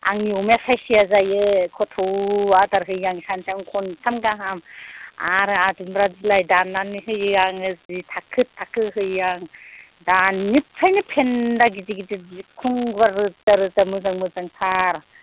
आंनि अमाया साइज जाया जायो खथ' आदार होयो आं सानसेआवनो खनथाम गाहामआरो आदुम्ब्रा बिलाइ दाननानै होयो आङो जि थाखो थाखो होयो आं दानिफ्रायनो फेन्दा गिदिर गिदिर बिखं रोजा रोजा मोजां मोजांथार